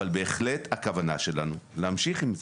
אבל הכוונה שלנו היא בהחלט להמשיך עם זה.